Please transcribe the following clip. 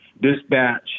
Dispatch